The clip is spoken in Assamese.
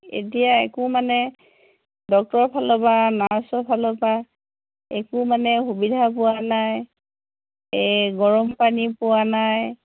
এতিয়া একো মানে ডক্তৰৰ ফালৰপা নাৰ্ছৰ ফালৰপা একো মানে সুবিধা পোৱা নাই এই গৰম পানী পোৱা নাই